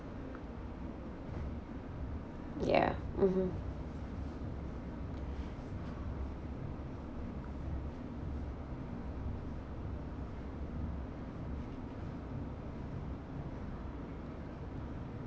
ya mmhmm